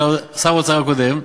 של שר האוצר הקודם,